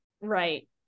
Right